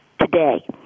today